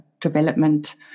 development